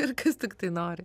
ir kas tiktai nori